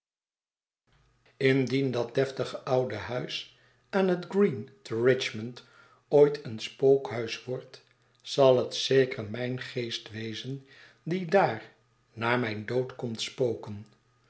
indien dat deftige oude huis aan het green te richmond ooit een spookhuis wordt zal het zeker mijn geest wezen die daar na mijn dood komt spoken